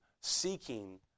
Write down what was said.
seeking